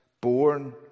born